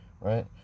right